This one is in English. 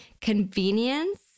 Convenience